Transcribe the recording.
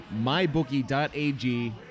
mybookie.ag